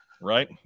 Right